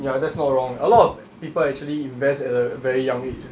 ya that's not wrong a lot of people actually invest at a very young age eh